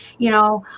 you know